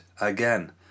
again